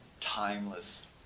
timeless